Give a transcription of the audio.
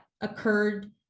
occurred